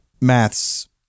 maths